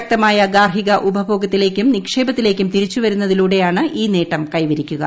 ശക്തമായ ഗാർഹിക ഉപഭോഗത്തിലേക്കും നിക്ഷേപത്തിലേക്കും തിരിച്ചുവരുന്നതിലൂടെയാണ് ഈ നേട്ടം കൈവരിക്കുക